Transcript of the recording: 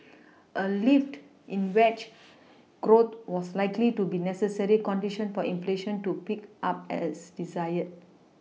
a lift in wage growth was likely to be necessary condition for inflation to pick up as desired